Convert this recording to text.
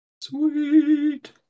Sweet